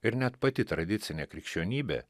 ir net pati tradicinė krikščionybė